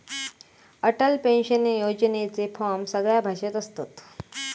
Atal pension योजनेचे form सगळ्या भाषेत असत